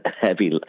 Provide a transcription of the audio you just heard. heavy